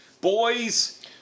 boys